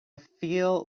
feel